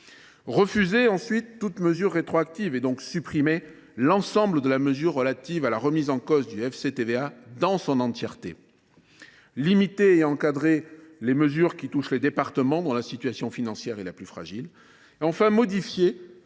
refuser toute mesure rétroactive, donc supprimer l’ensemble de la disposition relative à la remise en cause du FCTVA. Il convient aussi de limiter et d’encadrer les mesures qui touchent les départements dont la situation financière est la plus fragile.